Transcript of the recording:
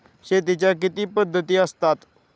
शेतीच्या किती पद्धती असतात?